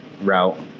route